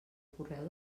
correu